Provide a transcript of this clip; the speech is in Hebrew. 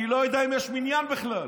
אני לא יודע אם יש מניין בכלל.